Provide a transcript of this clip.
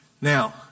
Now